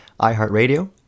iHeartRadio